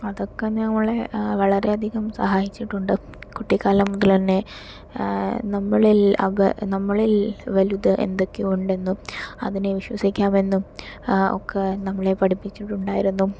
അതൊക്കെ വളരെയധികം സഹായിച്ചിട്ടുണ്ട് കുട്ടിക്കാലം മുതലെതന്നെ നമ്മളിൽ അവ നമ്മളിൽ വലുത് എന്തൊക്കെയോ ഉണ്ടെന്നും അതിനെ വിശ്വസിക്കാമെന്നും ഒക്കെ നമ്മളെ പഠിപ്പിച്ചിട്ടുണ്ടായിരുന്നു